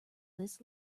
this